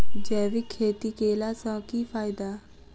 जैविक खेती केला सऽ की फायदा?